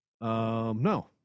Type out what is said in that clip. no